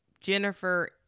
Jennifer